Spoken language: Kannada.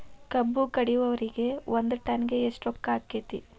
ಕಬ್ಬು ಕಡಿಯುವರಿಗೆ ಒಂದ್ ಟನ್ ಗೆ ಎಷ್ಟ್ ರೊಕ್ಕ ಆಕ್ಕೆತಿ?